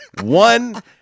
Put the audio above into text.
one